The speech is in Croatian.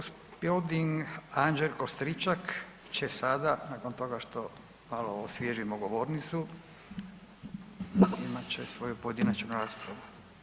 Gospodin Anđelko Stričak će sada, nakon toga što malo osvježimo govornicu, imat će svoju pojedinačnu raspravu.